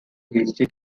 history